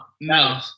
no